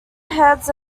heads